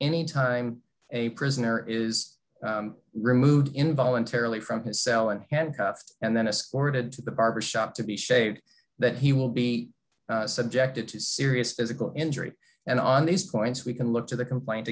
any time a prisoner is removed in voluntarily from his cell and handcuffed and then escorted to the barber shop to be shaved that he will be subjected to serious physical injury and on these points we can look to the complaint